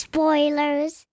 Spoilers